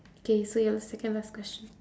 okay so your second last question